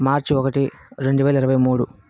మార్చి ఒకటి రెండు వేల ఇరవై మూడు